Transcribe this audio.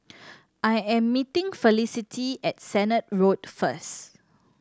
I am meeting Felicity at Sennett Road first